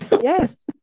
yes